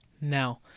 Now